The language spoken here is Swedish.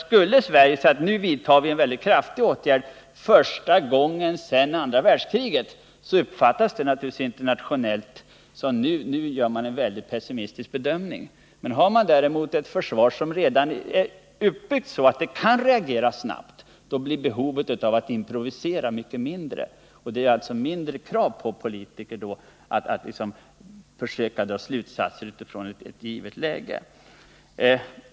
Skulle Sverige vidta en kraftig åtgärd — för första gången sedan andra världskriget — uppfattas det naturligtvis internationellt på det sättet att vi i Sverige har en väldigt pessimistisk bedömning av världsläget. Har vi däremot ett försvar som redan är uppbyggt så att det kan reagera snabbt, blir behovet av att improvisera mycket mindre. Det ställs alltså mindre krav på att politikerna skall försöka dra slutsatser från ett givet läge.